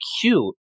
cute